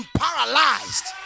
paralyzed